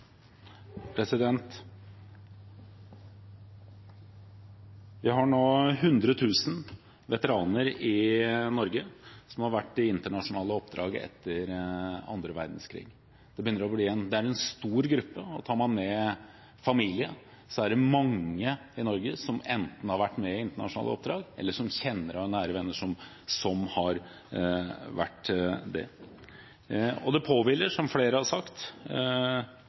Vi har nå 100 000 veteraner i Norge som har vært i internasjonale oppdrag etter andre verdenskrig. Det er en stor gruppe, og tar man med familie, er det mange i Norge som enten har vært med i internasjonale oppdrag, eller som kjenner eller er nære venner av noen av disse. Det påhviler, som flere har sagt,